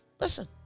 listen